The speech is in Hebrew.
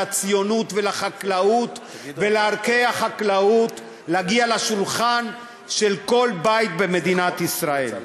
לציונות ולחקלאות ולערכי החקלאות להגיע לשולחן של כל בית במדינת ישראל.